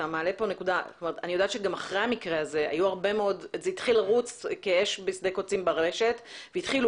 אני יודעת שגם אחרי המקרה הזה זה התחיל לרוץ כאש בשדה קוצים ברשת כשהתחילו